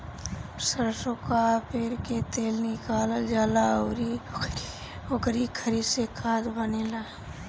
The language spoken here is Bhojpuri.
सरसो कअ पेर के तेल निकालल जाला अउरी ओकरी खरी से खाद बनेला